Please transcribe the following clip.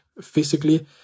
physically